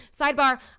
Sidebar